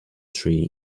tree